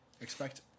Expect